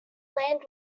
land